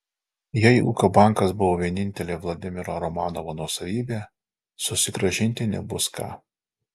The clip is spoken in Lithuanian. jei ūkio bankas buvo vienintelė vladimiro romanovo nuosavybė susigrąžinti nebus ką